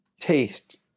taste